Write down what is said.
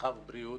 רווחה ובריאות.